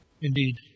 Indeed